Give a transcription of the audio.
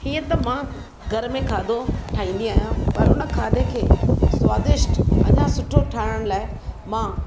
हीअं त मां घर में खाधो ठाहींदी आहियां पर उन खाधे के स्वादिष्ट अञा सुठो ठाइण लाइ मां